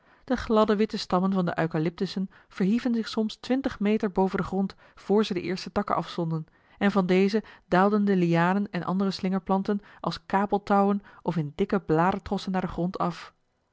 de gladde witte stammen van de eucalyptussen verhieven zich soms twintig meter boven den grond voor ze de eerste takken afzonden en van deze daalden de lianen en ander slingerplanten als kabeltouwen of in dikke bladertrossen naar den grond af